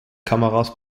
kameras